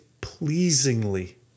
pleasingly